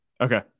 Okay